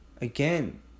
again